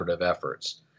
efforts